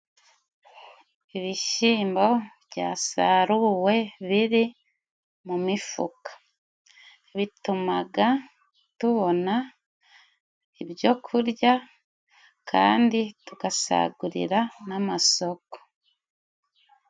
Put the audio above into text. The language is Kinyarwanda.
Ibishyimbo byasaruwe biri mu mifuka bituma tubona ibyo kurya kandi tugasagurira n'amasoko.